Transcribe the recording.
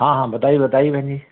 हाँ हाँ बताइए बताइए बहन जी